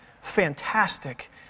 fantastic